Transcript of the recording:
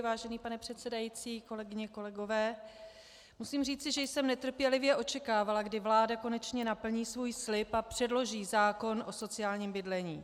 Vážený pane předsedající, kolegyně, kolegové, musím říci, že jsem netrpělivě očekávala, kdy vláda konečně splní svůj slib a předloží zákon o sociálním bydlení.